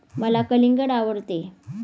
मला कलिंगड आवडते